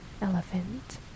elephant